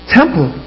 temple